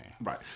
right